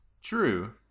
True